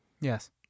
Yes